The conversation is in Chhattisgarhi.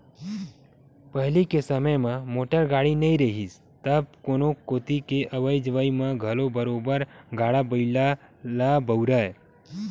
पहिली के समे म मोटर गाड़ी नइ रिहिस तब कोनो कोती के अवई जवई म घलो बरोबर गाड़ा बइला ल बउरय